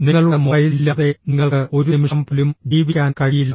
നിങ്ങളുടെ മൊബൈൽ ഇല്ലാതെ നിങ്ങൾക്ക് ഒരു നിമിഷം പോലും ജീവിക്കാൻ കഴിയില്ല